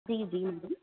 जी जी जी